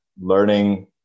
learning